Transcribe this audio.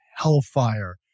hellfire